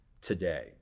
today